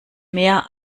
mehr